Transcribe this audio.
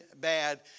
bad